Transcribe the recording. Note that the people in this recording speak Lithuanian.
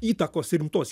įtakos rimtos